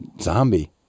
zombie